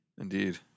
Indeed